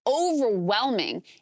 overwhelming